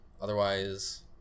Otherwise